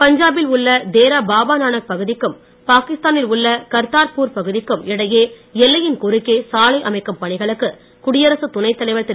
பஞ்சா பில் உள்ள தேரா பாபா நானக் பகுதிக்கும் பாகிஸ்தா னில் உள்ள கர்த்தர்பூர் பகுதிக்கும் இடையே எல்லையின் குறுக்கே சாலை அமைக்கும் பணிகளுக்கு குடியரசுத் துணைத்தலைவர் திரு